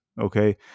okay